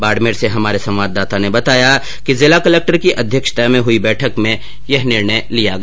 बाडमेर से हमारे संवाददाता ने बताया कि जिला कलक्टर की अध्यक्षता में हुई बैठक में ये निर्णय लिया गया